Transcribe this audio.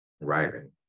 writing